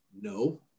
No